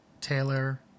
Taylor